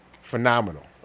Phenomenal